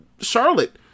Charlotte